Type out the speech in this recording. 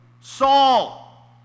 Saul